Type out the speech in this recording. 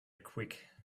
quick